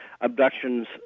abductions